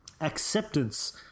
acceptance